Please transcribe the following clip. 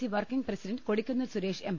C working president Kodikunnil Suresh M